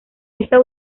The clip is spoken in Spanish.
esta